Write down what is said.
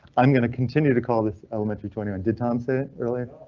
i'm going to continue to call this elementary twenty one. did tom said earlier?